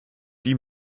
die